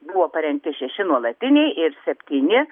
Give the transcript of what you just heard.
buvo parengti šeši nuolatiniai ir septyni